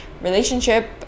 relationship